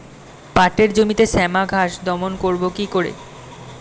পাটের জমিতে শ্যামা ঘাস দমন করবো কি করে?